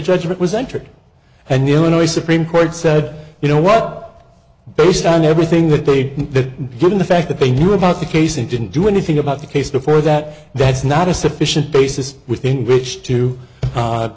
judgment was entered and the illinois supreme court said you know what based on everything that they didn't that given the fact that they knew about the case and didn't do anything about the case before that that's not a sufficient basis within which to